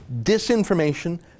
Disinformation